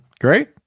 Great